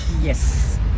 Yes